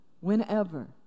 whenever